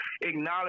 acknowledge